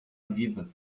viva